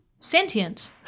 sentient